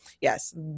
yes